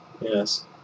Yes